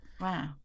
Wow